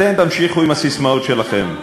אתם תמשיכו עם הססמאות שלכם,